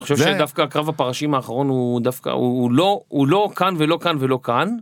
אני חושב שדווקא קרב הפרשים האחרון הוא דווקא הוא לא, הוא לא כאן ולא כאן ולא כאן.